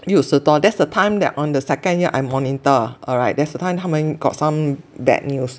六十多 that's the time that on the second year I monitor alright that's the time 他们 got some bad news